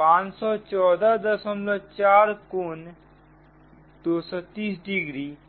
514 4 कोण 230 डिग्री है